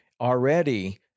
already